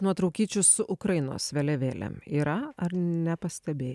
nuotraukyčių su ukrainos vėliavėlėm yra ar nepastebėjai